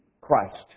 Christ